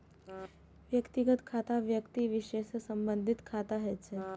व्यक्तिगत खाता व्यक्ति विशेष सं संबंधित खाता होइ छै